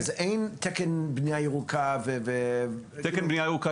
אז אין תקן בנייה ירוקה --- תקן בנייה ירוקה